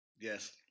yes